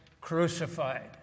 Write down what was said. crucified